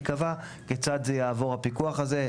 ייקבע כיצד יעבור הפיקוח הזה,